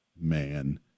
Man